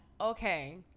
Okay